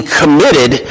committed